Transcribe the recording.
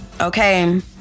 okay